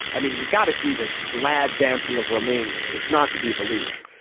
i mean, you got to see this lad dancing of romania. it's not to be believed.